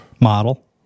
Model